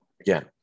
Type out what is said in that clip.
again